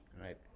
right